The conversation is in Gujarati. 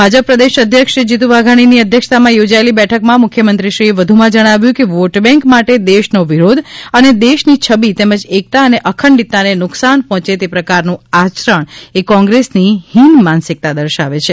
ભાજપ પ્રદેશ અધ્યક્ષ શ્રી જીતુભાઇ વાઘાણીની અધ્યક્ષતામાં યોજાયેલી બેઠકમાં મુખ્યમંત્રીશ્રી એ વધુમાં જણાવ્યું હતું કે વોટબેન્ક માટે દેશનો વિરોધ અને દેશની છબી તેમજ એકતા અને અખંડિતતાને નુકશાન પહોંચે તે પ્રકારનું આચરણ એ કોંગ્રેસની હીન માનસિકતા દર્શાવે છે